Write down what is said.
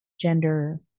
gender